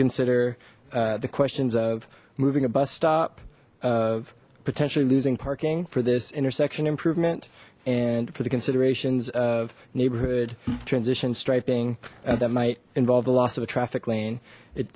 consider the questions of moving a bus stop of potentially losing parking for this intersection improvement and for the considerations of neighborhood transitions striping that might involve the loss of a traffic lane